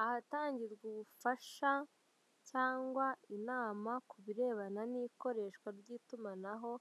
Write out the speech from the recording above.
Ahatangirwa ubufasha cyangwa inama kubirebana n'ikoreshwa ry'itumanaho